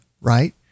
right